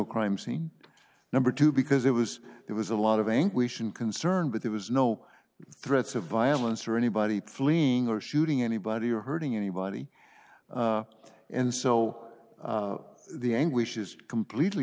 crime scene number two because it was there was a lot of anguish and concern but there was no threats of violence or anybody fleeing or shooting anybody or hurting anybody and so the anguish is completely